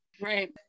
Right